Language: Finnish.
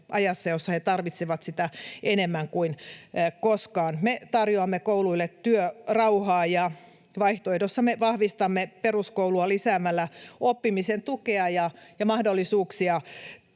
jossa he tarvitsevat sitä enemmän kuin koskaan. Me tarjoamme kouluille työrauhaa, ja vaihtoehdossamme vahvistamme peruskoulua lisäämällä oppimisen tukea ja mahdollisuuksia